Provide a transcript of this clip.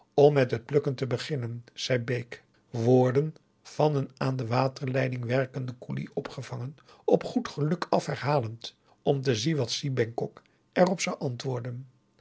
om met het plukken te beginnen zei bake woorden van een aan de waterleiding werkenden koelie opgevangen op goed geluk af herhalend om te zien wat si bengkok er op zou antwoorden